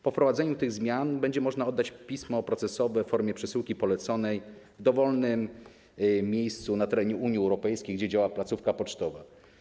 Po wprowadzeniu tych zmian będzie można oddać pismo procesowe w formie przesyłki poleconej w dowolnym miejscu na terenie Unii Europejskiej, gdzie działa placówka pocztowa.